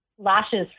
lashes